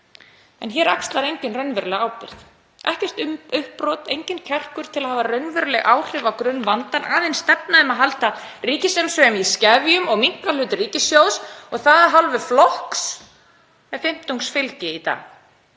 Hér axlar enginn raunverulega ábyrgð, ekkert uppbrot, engin kjarkur til að hafa raunveruleg áhrif á grunnvandann, aðeins stefna um að halda ríkissjóði í skefjum og minnka hlut ríkissjóðs og það af hálfu flokks með fimmtungsfylgi í dag.